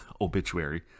obituary